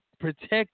protect